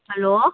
hello